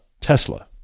Tesla